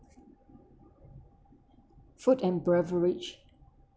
food and beverage